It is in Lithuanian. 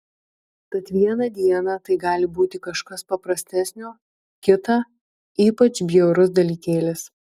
tad vieną dieną tai gali būti kažkas paprastesnio kitą ypač bjaurus dalykėlis